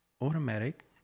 automatic